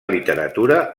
literatura